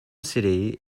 city